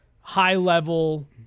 high-level